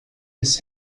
des